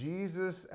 Jesus